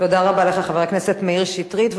תודה רבה לך, חבר הכנסת מאיר שטרית.